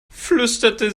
flüsterte